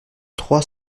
trois